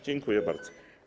Dziękuję bardzo.